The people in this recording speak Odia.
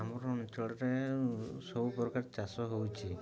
ଆମର ଅଞ୍ଚଳରେ ସବୁ ପ୍ରକାର ଚାଷ ହେଉଛି